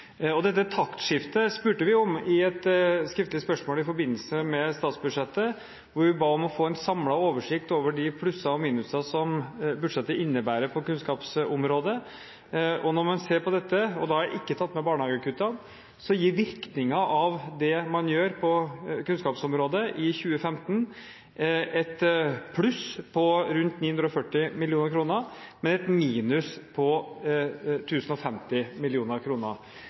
på dette, og da har jeg ikke tatt med barnehagekuttene, gir virkningen av det man gjør på kunnskapsområdet i 2015, et pluss på rundt 940 mill. kr, men et minus på